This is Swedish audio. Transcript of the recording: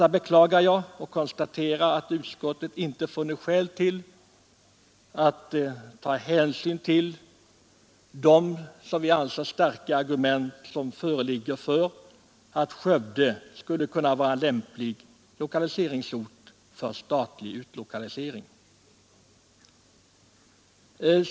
Jag beklagar detta och konstaterar att utskottet inte funnit skäl att ta hänsyn till de som vi anser starka argument som föreligger för att Skövde skulle vara en lämplig lokaliseringsort för statlig utlokalisering.